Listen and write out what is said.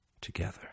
together